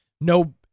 no